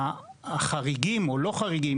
לחריגים או ללא חריגים,